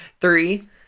Three